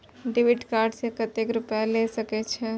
Debit card से कतेक रूपया ले सके छै?